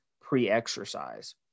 pre-exercise